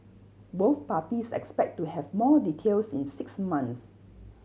both parties expect to have more details in six months